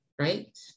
right